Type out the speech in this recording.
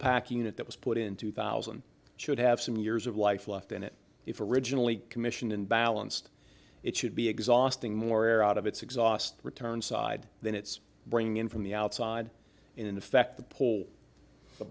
packing unit that was put in two thousand should have some years of life left in it if a originally commission and balanced it should be exhausting more air out of its exhaust return side than it's bringing in from the outside in effect the po